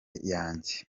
yanjye